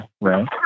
right